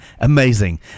Amazing